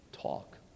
talk